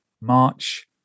March